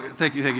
thank you.